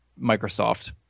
Microsoft